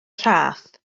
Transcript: rhaff